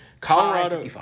Colorado